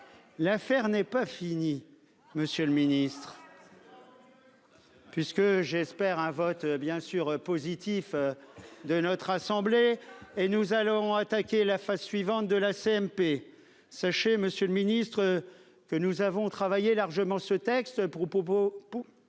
L'affaire n'est pas fini, Monsieur le Ministre. Puisque j'espère un vote bien sûr positif. De notre assemblée et nous allons attaquer la phase suivante de la CMP sachez Monsieur le Ministre. Que nous avons travaillé largement ce texte propos.